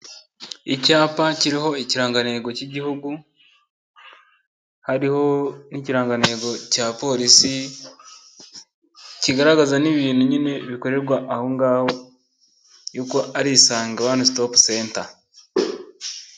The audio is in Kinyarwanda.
Icyapa kiriho ikirangantego cy'Igihugu, hariho n'ikirangantego cya Polisi, kigaragaza n'ibindi nyine bikorerwa aho ngaho, yuko ari Isange One Stop Center.